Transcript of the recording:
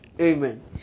Amen